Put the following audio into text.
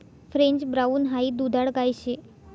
French brown high दुधाळ गाय शे